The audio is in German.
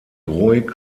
ruhig